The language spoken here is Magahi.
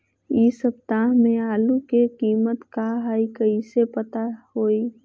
इ सप्ताह में आलू के कीमत का है कईसे पता होई?